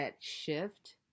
shift